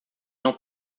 não